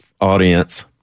audience